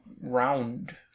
round